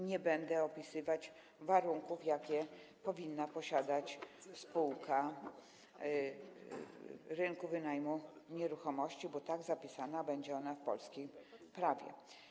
Nie będę opisywać warunków, jakie powinna posiadać spółka rynku wynajmu nieruchomości, bo tak zapisana będzie ona w polskim prawie.